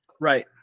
Right